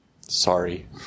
sorry